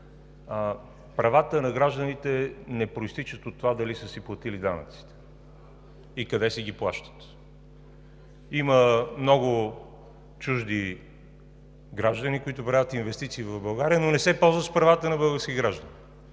правата на гражданите не произтичат от това дали са си платили данъците и къде си ги плащат. Има много чужди граждани, които правят инвестиции в България, но не се ползват с правата на български граждани.